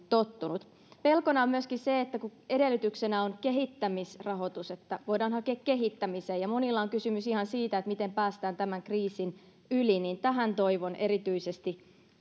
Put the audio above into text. tottunut pelkona on myöskin se että edellytyksenä on kehittämisrahoitus voidaan hakea kehittämiseen vaikka monilla on kysymys ihan siitä miten päästään tämän kriisin yli ja tähän toivon erityisesti